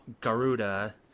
Garuda